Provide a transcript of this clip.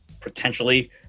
potentially